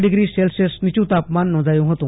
degree Celsius નીચું તાપમાન નોંધાયું હતું